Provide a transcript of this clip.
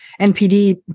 NPD